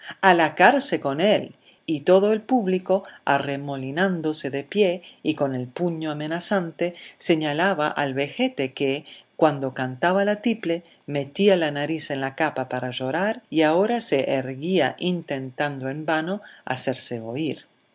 a la cárcel con él y todo el público arremolinándose de pie y con el puño amenazante señalaba al vejete que cuando cantaba la tiple metía la nariz en la capa para llorar y ahora se erguía intentando en vano hacerse oír a